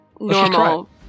normal